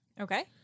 okay